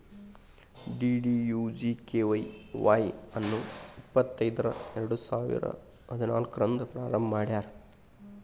DDUGKY Y ಅನ್ನು ಇಪ್ಪತೈದರ ಎರಡುಸಾವಿರ ಹದಿನಾಲ್ಕು ರಂದ್ ಪ್ರಾರಂಭ ಮಾಡ್ಯಾರ್